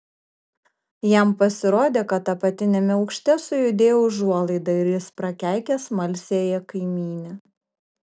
jam pasirodė kad apatiniame aukšte sujudėjo užuolaida ir jis prakeikė smalsiąją kaimynę